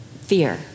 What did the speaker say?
Fear